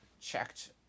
checked